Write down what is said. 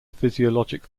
physiologic